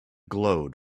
glowed